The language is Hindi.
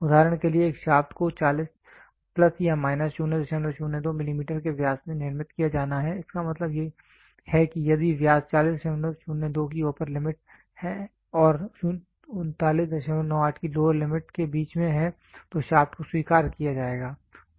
उदाहरण के लिए एक शाफ्ट को 40 प्लस या माइनस 002 मिलीमीटर के व्यास में निर्मित किया जाना है इसका मतलब है कि यदि व्यास 4002 की अप्पर लिमिट और 3998 की लोअर लिमिट के बीच में है तो शाफ्ट को स्वीकार किया जाएगा